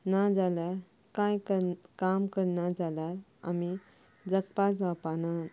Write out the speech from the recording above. ना जाल्यार काय काम करना जाल्यार आमी जगपाक जावपाना